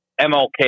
MLK